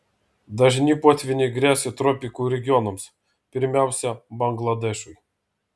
dažni potvyniai gresia tropikų regionams pirmiausia bangladešui